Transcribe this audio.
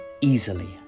easily